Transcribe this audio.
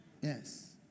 Yes